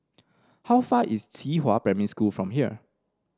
how far is Qihua Primary School from here